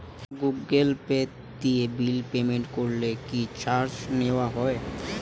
Google Pay দিয়ে bill payment করলে কি চার্জ নেওয়া হয়?